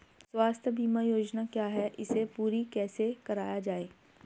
स्वास्थ्य बीमा योजना क्या है इसे पूरी कैसे कराया जाए?